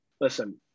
Listen